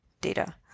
data